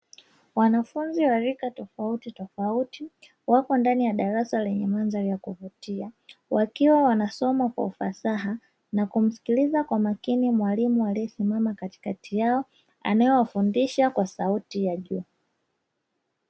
Wanafunzi wa rika tofautitofauti wako ndani ya darasa lenye mandharii ya kuvutia, wakiwa wanasoma kwa ufasaha na kumsikiliza kwa makini mwalimu aliyesimama katikati yao, anayewafundisha kwa sauti ya juu.